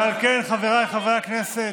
ועל כן, חבריי חברי הכנסת,